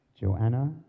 Joanna